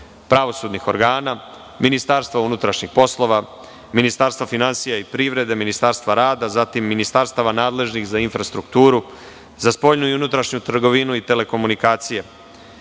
pravosudnih organa, MUP, Ministarstva finansija i privrede, Ministarstva rada, ministarstava nadležnih za infrastrukturu, za spoljnu i unutrašnju trgovinu i telekomunikacije,